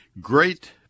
great